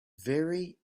very